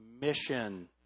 mission